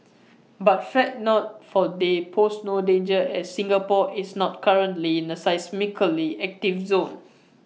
but fret not for they pose no danger as Singapore is not currently in A seismically active zone